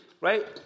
right